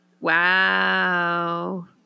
Wow